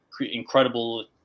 incredible